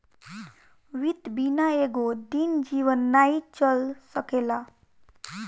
वित्त बिना एको दिन जीवन नाइ चल सकेला